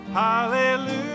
hallelujah